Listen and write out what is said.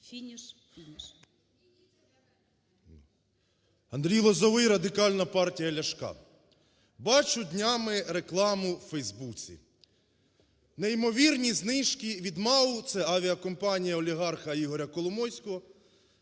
Андрій Лозовой, Радикальна партія Ляшка. Бачу днями рекламу в Фейсбуці: неймовірні знижки від МАУ (це авіакомпанія олігарха Ігоря Коломойського),